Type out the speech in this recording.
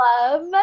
love